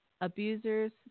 abuser's